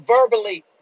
verbally